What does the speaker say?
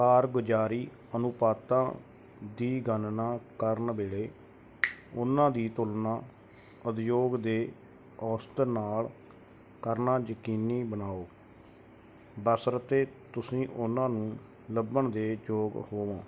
ਕਾਰਗੁਜਾਰੀ ਅਨੁਪਾਤਾਂ ਦੀ ਗਣਨਾ ਕਰਨ ਵੇਲੇ ਉਨ੍ਹਾਂ ਦੀ ਤੁਲਨਾ ਉਦਯੋਗ ਦੇ ਔਸਤ ਨਾਲ ਕਰਨਾ ਯਕੀਨੀ ਬਣਾਓ ਬਸ਼ਰਤੇ ਤੁਸੀਂ ਉਨ੍ਹਾਂ ਨੂੰ ਲੱਭਣ ਦੇ ਯੋਗ ਹੋਵੋ